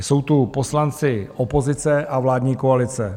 Jsou tu poslanci opozice a vládní koalice.